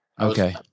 Okay